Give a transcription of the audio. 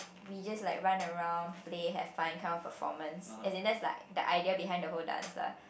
we just like ran around play have fun kind of performance and then that's like the idea behind the whole dance lah